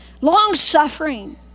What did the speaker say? long-suffering